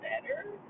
better